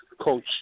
coach